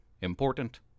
important